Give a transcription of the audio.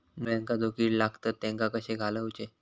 मुळ्यांका जो किडे लागतात तेनका कशे घालवचे?